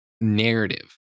narrative